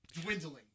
Dwindling